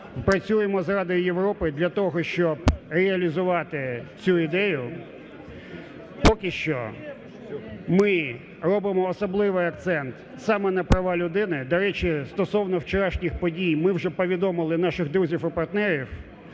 працюємо з Радою Європи для того, щоб реалізувати цю ідею. Поки що ми робимо особливий акцент саме на права людини. До речі, стосовно вчорашніх подій: ми вже повідомили наших друзів і партнерів